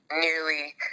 nearly